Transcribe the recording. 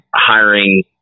hiring